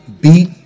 beat